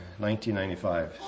1995